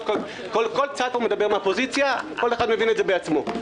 כל צד מדבר מהאופוזיציה וכל אחד מבין את זה בעצמו.